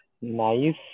Nice